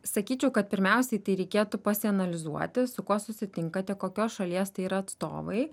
sakyčiau kad pirmiausiai tai reikėtų pasianalizuoti su kuo susitinkate kokios šalies tai yra atstovai